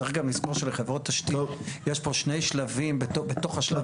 צריך גם לזכור שלחברות תשתיות יש פה שני שלבים בתוך השלב הזה.